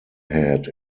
head